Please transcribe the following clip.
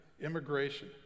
immigration